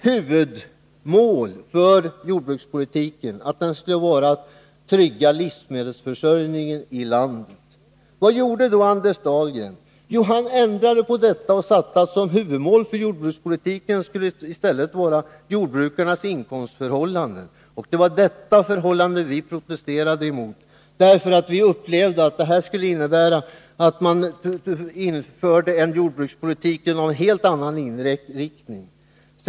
Huvudmålet för denna skulle vara att trygga livsmedelsförsörjningen i landet. Vad gjorde då Anders Dahlgren? Jo, han ändrade på detta och sade att huvudmålet för jordbrukspolitiken i stället skulle vara jordbrukarnas inkomstförhållanden. Det var detta som vi protesterade mot. Vi upplevde det nämligen så, att det skulle innebära att en jordbrukspolitik med helt annan inriktning infördes.